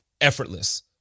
effortless